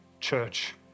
Church